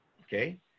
Okay